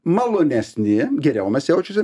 malonesni geriau jaučiasi